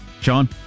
Sean